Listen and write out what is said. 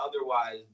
otherwise